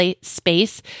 space